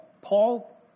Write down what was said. Paul